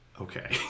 Okay